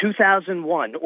2001